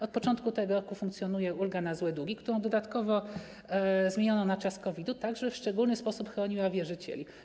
Od początku tego roku funkcjonuje ulga na złe długi, którą dodatkowo zmieniono na czas COVID-u tak, żeby w szczególny sposób chroniła wierzycieli.